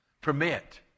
permit